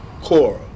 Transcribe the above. Cora